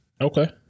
Okay